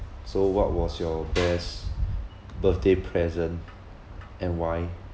so what was your best birthday present and why